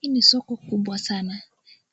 Hii ni soko kubwa sana.